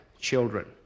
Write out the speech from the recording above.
children